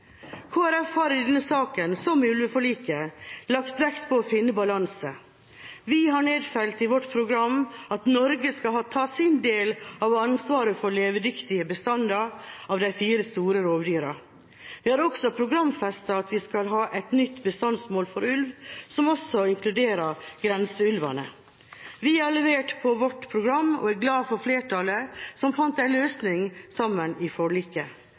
Folkeparti har i denne saken – som i ulveforliket – lagt vekt på å finne balanse. Vi har nedfelt i vårt program at Norge skal ta sin del av ansvaret for levedyktige bestander av de fire store rovdyrene. Vi har også programfestet at vi skal ha et nytt bestandsmål for ulv, som også inkluderer grenseulvene. Vi har levert på vårt program og er glad for flertallet som fant en løsning sammen i forliket.